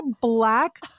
black